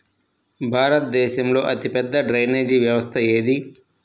భారతదేశంలో అతిపెద్ద డ్రైనేజీ వ్యవస్థ ఏది?